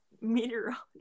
Meteorology